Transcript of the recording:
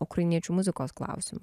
ukrainiečių muzikos klausimu